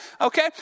okay